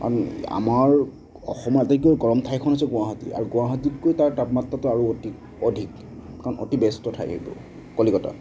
আমি আমাৰ অসমৰ আটাইতকৈ গৰম ঠাইখন হৈছে গুৱাহটী আৰু গুৱাহাটীতকৈ তাৰ তাপমাত্ৰাটো আৰু অতি অধিক কাৰণ অতি ব্যস্ত ঠাই এইবোৰ কলিকতা